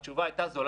זה נכי צה"ל